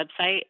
website